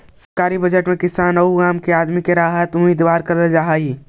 सरकारी बजट में किसान औउर आम आदमी के लिए राहत के उम्मीद करल जा हई